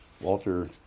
Walter